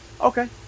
Okay